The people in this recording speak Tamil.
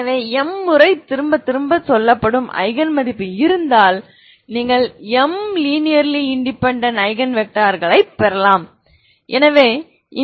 எனவே m முறை திரும்பத் திரும்பச் சொல்லப்படும் ஐகன் மதிப்பு இருந்தால் நீங்கள் m லினேர்லி இன்டெபேன்டென்ட் ஐகன் வெக்டார்களைப் பெறலாம்